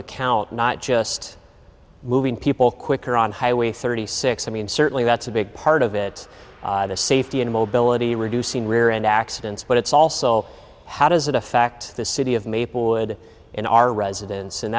account not just moving people quicker on highway thirty six i mean certainly that's a big part of it the safety and mobility reducing rear end accidents but it's also how does it affect the city of maplewood in our residence and